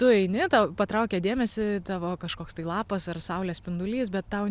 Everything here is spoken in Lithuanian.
tu eini tau patraukia dėmesį tavo kažkoks tai lapas ar saulės spindulys bet tau